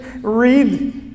Read